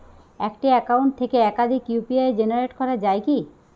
একটি অ্যাকাউন্ট থেকে একাধিক ইউ.পি.আই জেনারেট করা যায় কি?